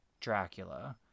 Dracula